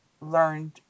learned